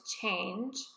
change